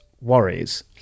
worries